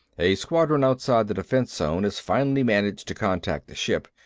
a squadron outside the defense zone has finally managed to contact the ship.